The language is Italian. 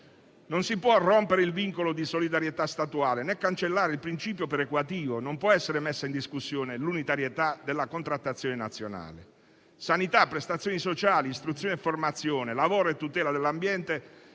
Non si può rompere il vincolo di solidarietà statuale, né cancellare il principio perequativo. Non può essere messa in discussione l'unitarietà della contrattazione nazionale. Sanità, prestazioni sociali, istruzione e formazione, lavoro e tutela dell'ambiente